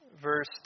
verse